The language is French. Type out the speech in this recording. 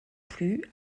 plus